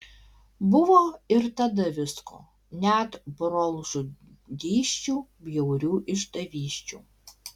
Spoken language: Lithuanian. buvo ir tada visko net brolžudysčių bjaurių išdavysčių